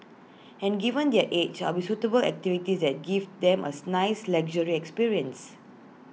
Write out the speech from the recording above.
and given their age I'll suitable activities that give them as nice leisurely experience